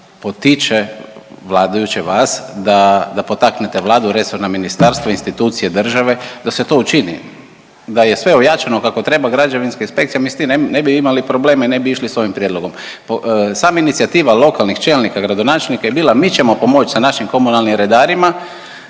potiče vladajuće, vas, da potaknete Vladu, resorna ministarstva, institucije države da se to učini, da je sve ojačano kako treba, građevinska inspekcija, mi s tim ne bi imali problema i ne bi išli s ovim prijedlogom. Sama inicijativa lokalnih čelnika, gradonačelnika je bila, mi ćemo pomoći sa našim komunalnim redarima,